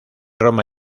roma